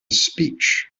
speech